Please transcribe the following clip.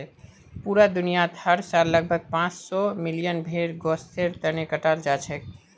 पूरा दुनियात हर साल लगभग पांच सौ मिलियन भेड़ गोस्तेर तने कटाल जाछेक